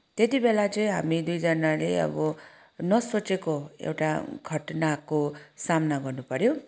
त्यति बेला चाहिँ हामी दुईजनाले अब नसोचेको एउटा घटनाको सामना गर्नुपऱ्यो